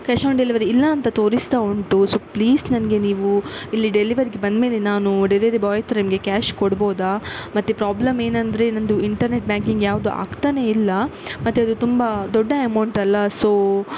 cash and delivery ಇಲ್ಲಾಂತ ತೋರಿಸ್ತಾ ಉಂಟು ಸೊ ಪ್ಲೀಸ್ ನನಗೆ ನೀವು ಇಲ್ಲಿ ಡೆಲಿವರಿಗೆ ಬಂದಮೇಲೆ ನಾನು ಡೆಲಿವರಿ ಬಾಯ್ ಹತ್ರ ಕ್ಯಾಶ್ ಕೊಡ್ಬೋದಾ ಮತ್ತು ಪ್ರಾಬ್ಲಮ್ ಏನೆಂದರೆ ನನ್ನದು ಇಂಟರ್ನೆಟ್ ಬ್ಯಾಂಕಿಂಗ್ ಯಾವುದೂ ಆಗ್ತಾನೇ ಇಲ್ಲ ಮತ್ತು ಅದು ತುಂಬ ದೊಡ್ಡ ಅಮೌಂಟ್ ಅಲ್ಲ ಸೋ